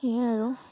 সেয়াই আৰু